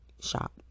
shop